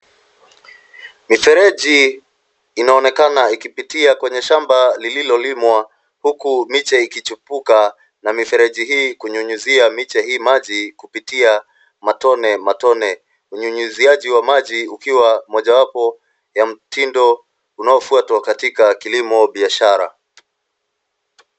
Mifereji inaonekana ikipitia kwenye shamba lililolimwa huku miche ikichipuka na mifereji hii kunyunyizia miche hii maji kupitia matone matone. Unyunyiziaji wa maji ukiwa moja wapo ya mtindo unaofutwa katika kilimo biashara.